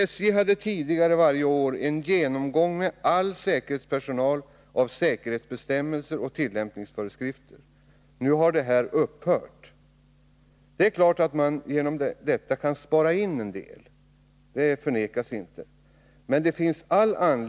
SJ hade tidigare varje år en genomgång med all